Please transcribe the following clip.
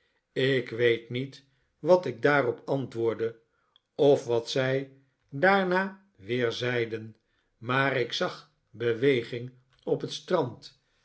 ik weet niet wat ik daarop antwoordde of wat zij daarna weer laatste vasthielden dat hij zelf in slappe bochten voor zijn voeten op het strand